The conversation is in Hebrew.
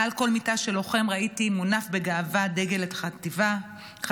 מעל כל מיטה של לוחם ראיתי את דגל החטיבה מונף בגאווה.